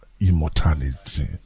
immortality